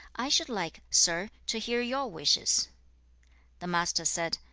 i should like, sir, to hear your wishes the master said,